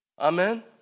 Amen